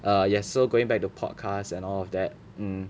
err yes so going back to podcast and all of that